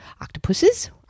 octopuses